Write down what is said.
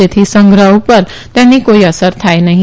જેથી સંગ્રહ પર તેની કોઈ અસર થાય નહી